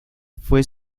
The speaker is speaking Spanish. fue